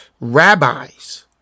rabbis